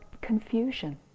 confusion